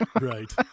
right